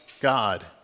God